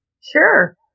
Sure